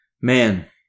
man